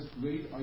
great